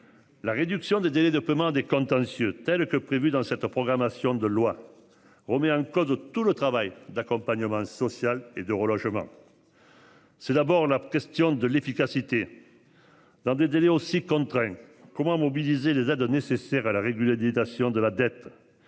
La réduction des délais de paiement des contentieux telle que prévue dans cette programmation de loi Robien code tout le travail d'accompagnement social et de relogement. C'est d'abord la question de l'efficacité. Dans des délais aussi contraints. Comment mobiliser les à de nécessaires à la régularisation de la dette.